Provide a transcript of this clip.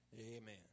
Amen